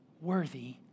worthy